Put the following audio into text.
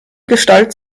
gestalt